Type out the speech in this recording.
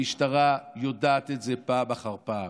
המשטרה יודעת את זה פעם אחר פעם: